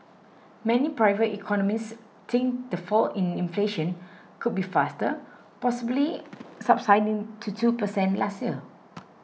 many private economists think the fall in inflation could be faster possibly subsiding to two percent last year